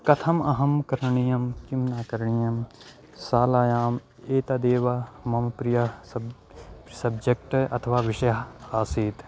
कथम् अहं करणीयं किं न करणीयं शालायाम् एतदेव मम प्रिय सब् सब्जेक्ट् अथवा विषयः आसीत्